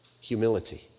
humility